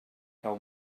cau